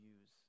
use